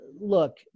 look